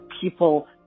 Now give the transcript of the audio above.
people